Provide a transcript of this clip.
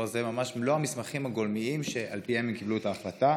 ממש מלוא המסמכים הגולמיים שעל פיהם הם קיבלו את ההחלטה.